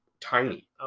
tiny